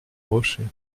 rocher